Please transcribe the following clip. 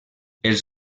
els